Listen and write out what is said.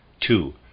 two